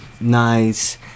nice